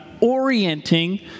orienting